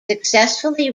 successfully